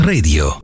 Radio